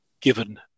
given